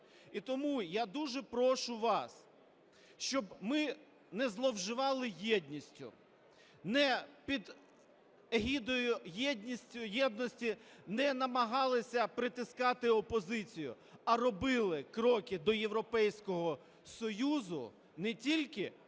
І тому я дуже прошу вас, щоб ми не зловживали єдністю, не під егідою єдності не намагалися притискати опозицію, а робили кроки до Європейського Союзу не тільки